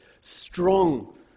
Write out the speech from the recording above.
strong